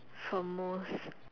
for most